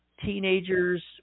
teenagers